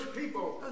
people